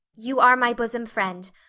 you are my bosom friend,